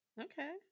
Okay